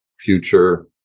future